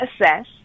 assess